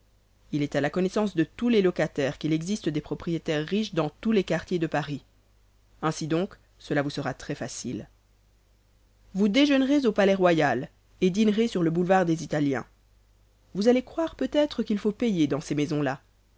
il est à la connaissance de tous les locataires qu'il existe des propriétaires riches dans tous les quartiers de paris ainsi donc cela vous sera très-facile vous déjeûnerez au palais-royal et dînerez sur le boulevard des italiens vous allez croire peut-être qu'il faut payer dans ces maisons-là